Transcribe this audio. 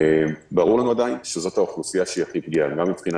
אני חושב שחסר שם פרק מסוים שהייתי מאוד חושב שלפני שבכלל אני מתייחס